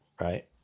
right